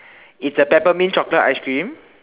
it's a peppermint chocolate ice cream